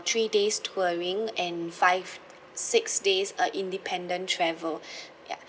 three days touring and five six days uh independent travel ya